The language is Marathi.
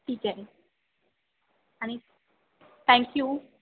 ठीक आहे आणि थँक्यू